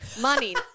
money